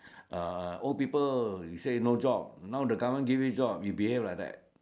ah old people you say no job now the government give you job you behave like that